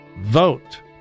vote